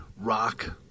rock